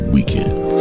Weekend